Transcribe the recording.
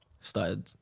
Started